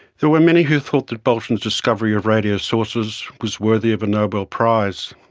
there were many who thought that bolton's discovery of radio sources was worthy of a nobel prize.